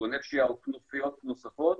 ארגוני פשיעה או כנופיות נוספות,